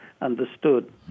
understood